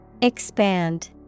Expand